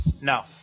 No